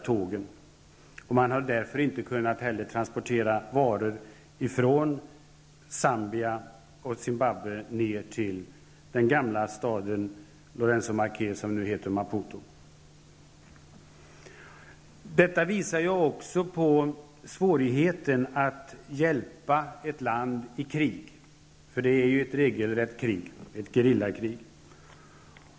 Därför har man inte heller kunnat transportera varor från Zimbabwe och Zambia ner till den gamla staden Lourenço-Marques, som nu alltså heter Detta visar också på svårigheten att hjälpa ett land som är i krig -- det är ett regelrätt krig som pågår, ett gerillakrig.